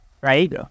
right